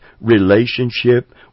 relationship